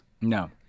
No